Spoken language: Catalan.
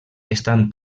estan